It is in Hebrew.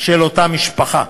של אותה משפחה.